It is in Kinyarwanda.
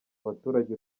abaturage